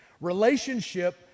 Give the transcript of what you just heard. Relationship